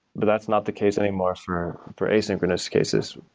but that's not the case anymore for for asynchronous cases.